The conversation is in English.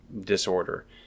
disorder